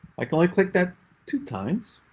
i can click that two times.